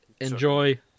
Enjoy